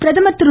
பிரதமர் திரு